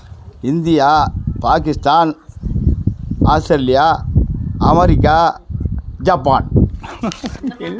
India Pakistan Australia America Japan என்ன